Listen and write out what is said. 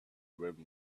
rim